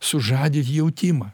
sužadyt jautimą